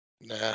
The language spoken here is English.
nah